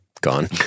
Gone